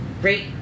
great